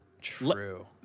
True